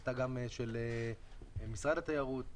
שהיתה גם של משרד התיירות.